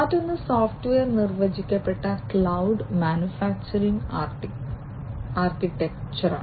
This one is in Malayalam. മറ്റൊന്ന് സോഫ്റ്റ്വെയർ നിർവചിക്കപ്പെട്ട ക്ലൌഡ് മാനുഫാക്ചറിംഗ് ആർക്കിടെക്ചറാണ്